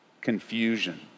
Confusion